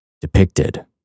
depicted